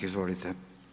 Izvolite.